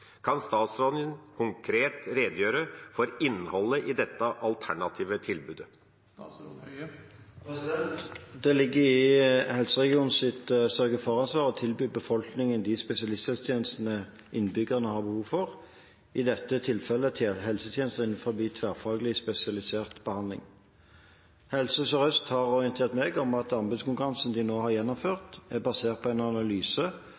Kan statsråden redegjøre konkret for innholdet i dette alternative tilbudet? Det ligger i helseregionenes sørge-for-ansvar å tilby befolkningen de spesialisthelsetjenestene innbyggerne har behov for, i dette tilfellet helsetjenester innenfor tverrfaglig spesialisert behandling. Helse Sør-Øst har orientert meg om at anbudskonkurransen de nå har gjennomført, er basert på en analyse